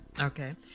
Okay